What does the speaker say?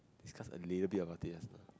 discuss a little bit about it just now